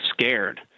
scared